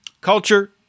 culture